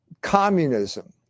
communism